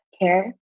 care